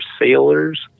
sailors